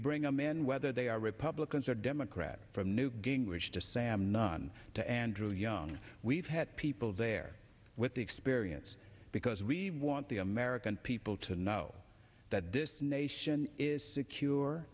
bring a man whether they are republicans or democrats from newt gingrich to sam nunn to andrew young we've had people there with the experience because we want the american people to know that this nation is secure